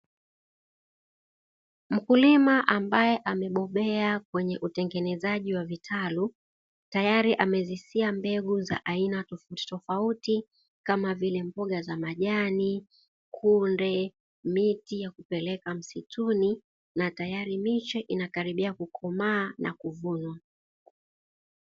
Mkulima ambaye amebobea kwenye utengenezaji wa vitalu tayari amezisia mbegu za aina tofauti tofauti kama vile mboga za majani kunde miti ya kupeleka msituni na tayari miche inakaribia kukomaa na kuvunwa.